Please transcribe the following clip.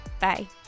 Bye